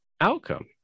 outcome